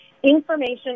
Information